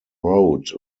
road